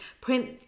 print